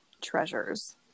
treasures